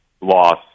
loss